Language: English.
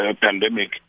pandemic